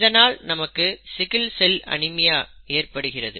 இதனால் நமக்கு sickle cell anaemia ஏற்படுகிறது